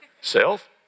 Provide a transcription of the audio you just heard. self